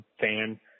fan